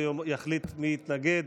והוא יחליט מי יתנגד